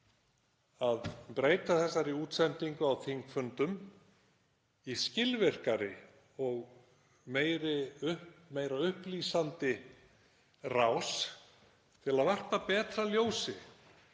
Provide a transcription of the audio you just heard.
að breyta þessari útsendingu á þingfundum í skilvirkari og meira upplýsandi rás til að varpa betra ljósi